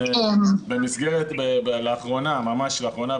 ממש לאחרונה,